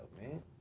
man